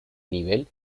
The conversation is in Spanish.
nivel